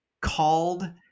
called